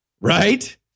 Right